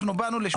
אנחנו באנו לשמוע.